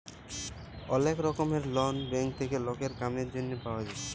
ওলেক রকমের loan bank থেক্যে লকের কামের জনহে পাওয়া যায়